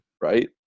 right